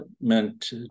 meant